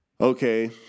okay